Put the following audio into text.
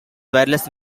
wireless